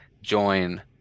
join